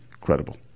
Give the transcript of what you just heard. credible